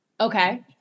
Okay